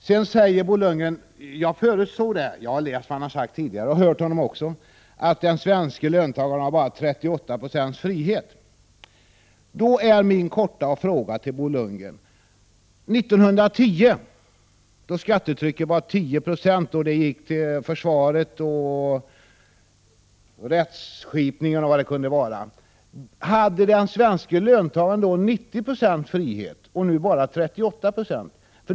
Bo Lundgren säger — jag förutsåg det, för jag har läst vad han har sagt tidigare och också hört honom — att den svenske löntagaren bara har 38 70 frihet. Då vill jag ställa en kort fråga till Bo Lundgren. År 1910 var skattetrycket 10 96, och pengarna gick till försvaret, rättskipningen och vad det kunde vara. Hade den svenske löntagaren då 90 96 frihet — och nu bara 38 96?